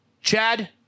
Chad